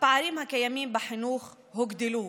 הפערים הקיימים בחינוך הוגדלו.